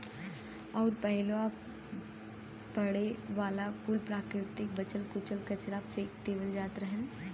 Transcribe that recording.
अउर पहिलवा पड़े वाला कुल प्राकृतिक बचल कुचल कचरा फेक देवल जात रहल